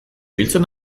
ibiltzen